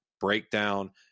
breakdown